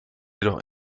jedoch